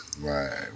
Right